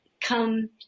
come